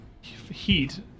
heat